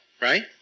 Right